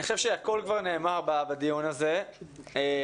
אני חושב שהכול כבר נאמר בדיון הזה ואני